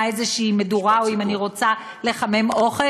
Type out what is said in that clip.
איזושהי מדורה או אם אני רוצה לחמם אוכל,